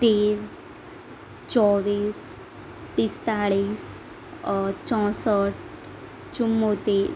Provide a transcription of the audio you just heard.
તેર ચોવીસ પિસ્તાળીસ ચોસઠ ચુંમોતેર